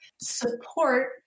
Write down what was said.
support